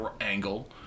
angle